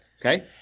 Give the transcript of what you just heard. Okay